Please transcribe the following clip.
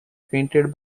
painted